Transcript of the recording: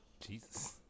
Jesus